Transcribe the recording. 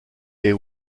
est